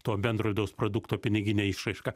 to bendro vidaus produkto pinigine išraiška